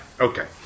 Okay